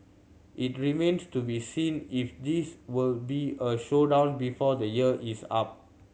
it remains to be seen if this will be a showdown before the year is up